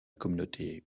communauté